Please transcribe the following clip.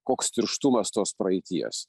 koks tirštumas tos praeities